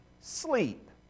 sleep